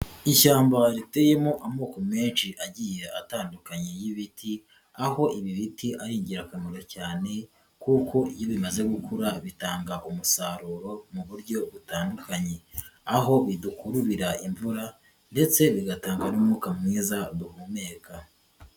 Ishyamba riteyemo amoko menshi agiye atandukanye y'ibiti, aho ibi biti ari ingirakamaro cyane, kuko iyo bimaze gukura bitanga umusaruro mu buryo butandukanye, aho bidukururira imvura ndetse bigatanga n'umwuka mwiza duhumeka.